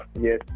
Yes